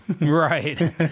Right